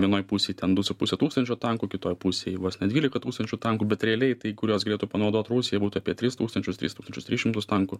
vienoj pusėj ten du su puse tūkstančio tankų kitoj pusėj vos ne dvylika tūkstančių tankų bet realiai tai kuriuos galėtų panaudot rusija būtų apie tris tūkstančius tris tūkstančius tris šimtus tankų